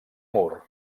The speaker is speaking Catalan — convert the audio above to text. mur